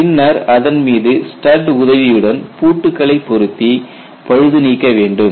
பின்னர் அதன் மீது ஸ்டட் உதவியுடன் பூட்டுக்களை பொருத்தி பழுது நீக்க வேண்டும்